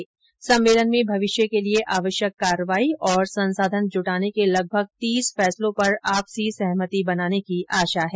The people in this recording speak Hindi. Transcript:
इस सम्मेलन में भविष्य के लिए आवश्यक कार्रवाई और संसाधन जुटाने के लगभग तीस फैसलो पर आपसी सहमति बनाने की आशा है